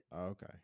Okay